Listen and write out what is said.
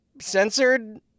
censored